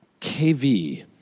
KV